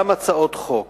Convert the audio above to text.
גם הצעות חוק,